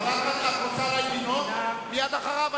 מי בעד?